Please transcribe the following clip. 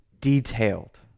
detailed